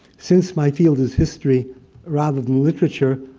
since my field is history rather than literature,